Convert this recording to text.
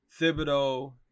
Thibodeau